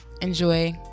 enjoy